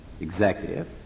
executive